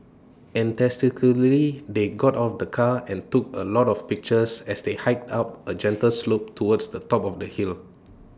they got out of the car and took A lot of pictures as they hiked up A gentle slope towards the top of the hill